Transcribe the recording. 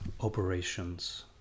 operations